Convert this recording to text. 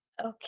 Okay